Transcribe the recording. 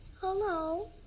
Hello